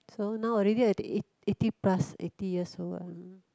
so now already I think eight~ eighty plus eighty years old ah